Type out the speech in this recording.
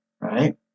right